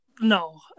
no